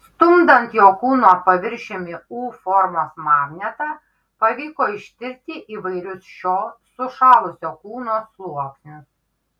stumdant jo kūno paviršiumi u formos magnetą pavyko ištirti įvairius šio sušalusio kūno sluoksnius